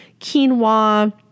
quinoa